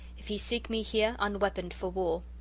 if he seek me here, unweaponed, for war.